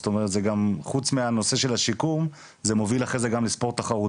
זאת אומרת חוץ מהנושא של הספורט התחרותי זה מוביל לשיקום,